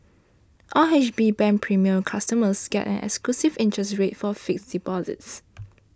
R H B Bank Premier customers get an exclusive interest rate for fixed deposits